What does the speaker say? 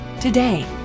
today